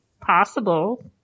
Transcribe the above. possible